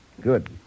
Good